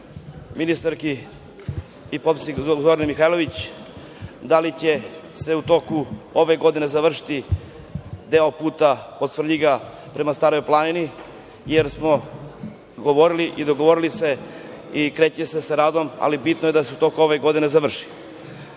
ministarki i potpredsedniku Zorani Mihajlović, da li će se u toku ove godine završiti deo puta od Svrljiga prema Staroj Planini, jer smo govorili i dogovorili se i kreće se sa radom ali bitno je da se u toku ove godine završi.